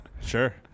Sure